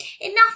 Enough